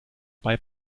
bei